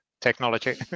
technology